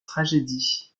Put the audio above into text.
tragédie